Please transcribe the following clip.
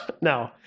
No